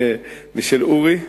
יותר חדים משל אורי,